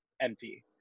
empty